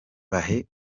bahe